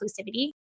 inclusivity